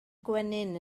gwenyn